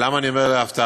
ולמה אני אומר "להפתעתי"?